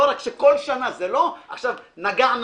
לא רק שכל שנה זה לא עכשיו נגע-נסע